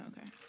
Okay